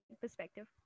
perspective